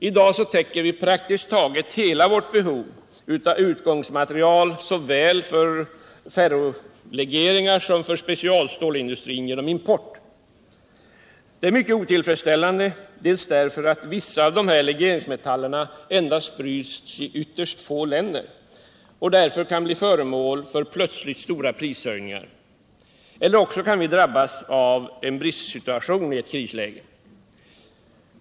I dag täcker vi praktiskt taget hela vårt behov av utgångsmaterial såväl för ferrolegeringar som för vår specialstålsindustri genom import. Detta är mycket otillfredsställande, därför att vissa av dessa legeringsmetaller bryts i ytterst få länder och därför kan bli föremål för plötsliga stora prishöjningar, eller också kan vi i ett krisläge drabbas av en bristsituation.